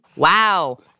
Wow